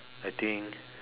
I think